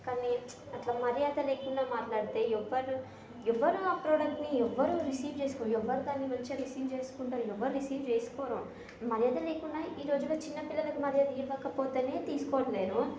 కానీ అట్లా మర్యాద లేకుండా మాట్లాడితే ఎవరూ ఎవరూ ఆ ప్రోడక్ట్ని ఎవరూ రిసీవ్ చేసుకో ఎవరూ దానిని మంచిగా రిసీవ్ చేసుకుంటారు ఎవరూ రిసీవ్ చేసుకోరు మర్యాద లేకుండా ఈరోజుల్లో చిన్న పిల్లలకి మర్యాద ఇవ్వకపోతేనే తీసుకోవట్లేదు